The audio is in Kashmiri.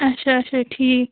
اَچھا اَچھا ٹھیٖک